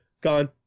gone